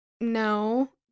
no